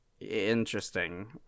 Interesting